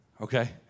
Okay